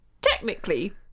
technically